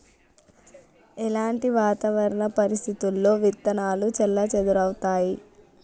ఎలాంటి వాతావరణ పరిస్థితుల్లో విత్తనాలు చెల్లాచెదరవుతయీ?